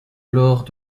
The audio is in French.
lors